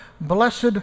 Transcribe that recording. blessed